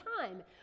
time